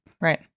Right